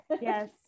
Yes